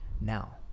now